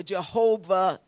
Jehovah